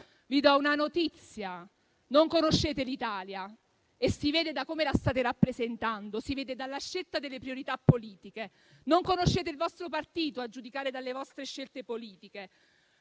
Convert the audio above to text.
Vi do una notizia: non conoscete l'Italia e lo si vede da come la state rappresentando, lo si vede dalla scelta delle priorità politiche. Non conoscete il vostro partito, a giudicare dalle vostre scelte politiche;